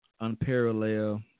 unparalleled